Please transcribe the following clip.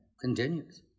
continues